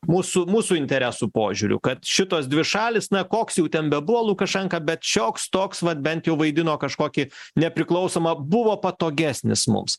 mūsų mūsų interesų požiūriu kad šitos dvi šalys na koks jau ten bebuvo lukašenka bet šioks toks vat bent jau vaidino kažkokį nepriklausomą buvo patogesnis mums